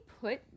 put